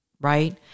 Right